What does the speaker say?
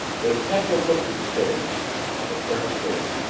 the detective looked at the stairs at the terrace door.